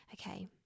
okay